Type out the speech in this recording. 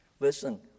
Listen